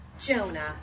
Jonah